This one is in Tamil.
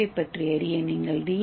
ஏவைக் பற்றி அறிய நீங்கள் டி